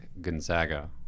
gonzaga